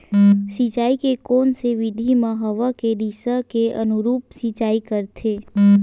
सिंचाई के कोन से विधि म हवा के दिशा के अनुरूप सिंचाई करथे?